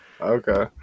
Okay